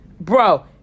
bro